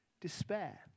despair